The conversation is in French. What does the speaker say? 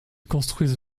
construisent